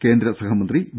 കേന്ദ്ര സഹമന്ത്രി വി